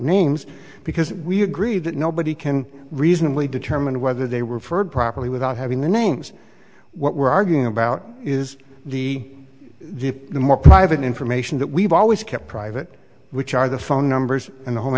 names because we agree that nobody can reasonably determine whether they referred properly without having the names what we're arguing about is the the the more private information that we've always kept private which are the phone numbers in the ho